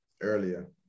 earlier